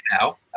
now